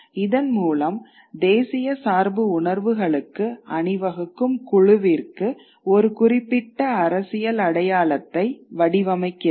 இதன் மூலம் தேசிய சார்பு உணர்வுகளுக்கு அணிவகுக்கும் குழுவிற்கு ஒரு குறிப்பிட்ட அரசியல் அடையாளத்தை வடிவமைக்கிறது